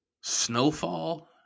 Snowfall